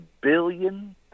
billion